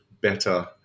better